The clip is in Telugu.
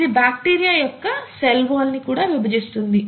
ఇది బాక్టీరియా యొక్క సెల్ వాల్ ని కూడా విభజిస్తుంది